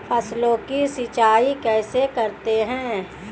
फसलों की सिंचाई कैसे करते हैं?